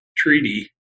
Treaty